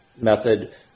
method